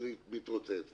וזה מתרוצץ,